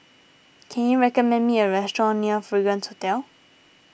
can you recommend me a restaurant near Fragrance Hotel